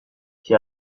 qui